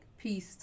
piece